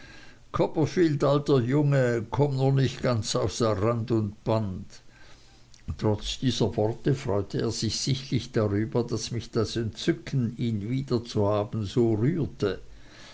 copperfield alter junge komm nur nicht ganz außer rand und band trotz dieser worte freute er sich sichtlich darüber daß mich das entzücken ihn wiederzuhaben so rührte